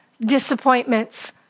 disappointments